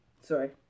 Sorry